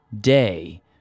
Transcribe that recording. day